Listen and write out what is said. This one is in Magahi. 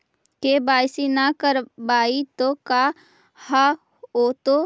के.वाई.सी न करवाई तो का हाओतै?